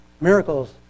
miracles